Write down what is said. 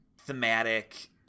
thematic